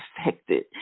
affected